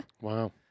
Wow